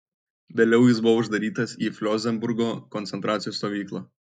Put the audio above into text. vėliau jis buvo uždarytas į flosenburgo koncentracijos stovyklą